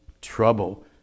trouble